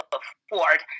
afford